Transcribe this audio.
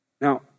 Now